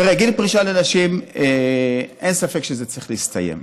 תראה, גיל פרישה לנשים, אין ספק שזה צריך להסתיים.